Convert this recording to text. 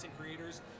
creators